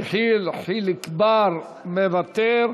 יחיאל חיליק בר, מוותר,